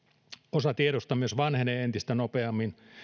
osa tiedosta myös vanhenee entistä nopeammin